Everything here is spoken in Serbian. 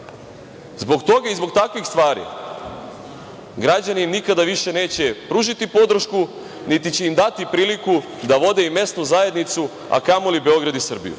evra. Zbog toga i zbog takvih stvari građani nikada više neće pružiti podršku, niti će im dati priliku da vode i mesnu zajednicu, a kamoli Beograd i Srbiju.